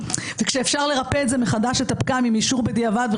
כשאפשר לרפא מחדש את הפגם עם אישור בדיעבד,